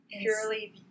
Purely